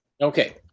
okay